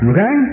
Okay